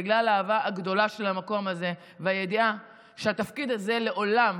בגלל האהבה הגדולה שלי למקום הזה והידיעה שהתפקיד הזה לעולם